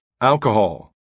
Alcohol